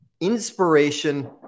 inspiration